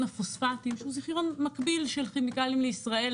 הפוספטים שהוא זיכיון מקביל של כימיקלים לישראל,